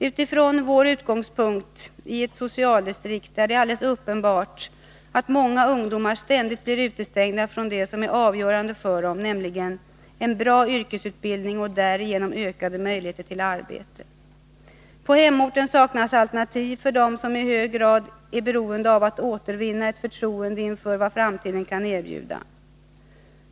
——— Utifrån vår utgångspunkt i ett socialdistrikt är det alldeles uppenbart att många ungdomar ständigt blir utestängda från det som är avgörande för dem — nämligen en bra yrkesutbildning och därigenom ökade möjligheter till arbete. På hemorten saknas alternativ för dem som i hög grad är beroende av att återvinna ett förtroende inför vad framtiden kan erbjuda.